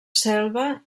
selva